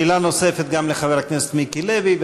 שאלה נוספת גם לחבר הכנסת מיקי לוי,